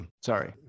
Sorry